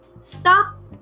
Stop